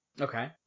Okay